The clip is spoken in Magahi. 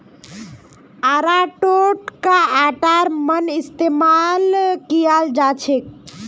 अरारोटका आटार मन इस्तमाल कियाल जाछेक